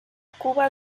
cuba